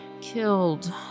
killed